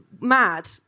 mad